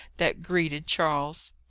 that greeted charles.